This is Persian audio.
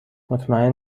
مطمئن